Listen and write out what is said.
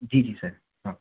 जी जी सर हाँ